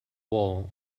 wall